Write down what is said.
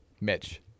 Mitch